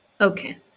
Okay